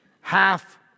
half